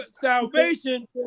salvation